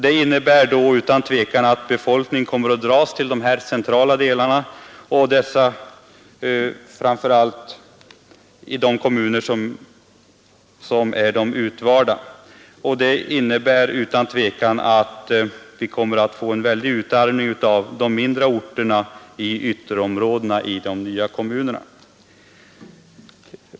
Det innebär då utan tvivel att befolkningen kommer att dras till de centrala delarna, framför allt i de kommuner som är utvalda. Detta kommer otvivelaktigt att medföra en väldig utarmning av de mindre orterna i de nya kommunerna.